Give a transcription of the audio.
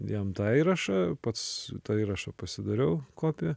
jam tą įrašą pats tą įrašą pasidariau kopiją